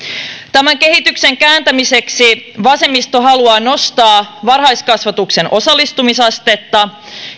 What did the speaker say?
tämän kehityksen kääntämiseksi vasemmisto haluaa nostaa varhaiskasvatuksen osallistumisastetta